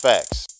Facts